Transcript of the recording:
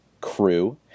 crew